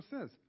says